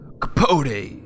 Capote